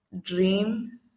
Dream